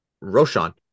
Roshan